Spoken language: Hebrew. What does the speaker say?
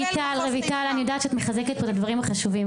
(אומרת דברים בשפת הסימנים,